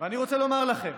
ואני רוצה לומר לכם